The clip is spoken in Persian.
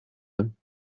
ایم